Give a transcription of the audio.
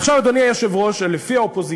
עכשיו, אדוני היושב-ראש, לפי האופוזיציה,